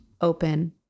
open